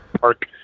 Park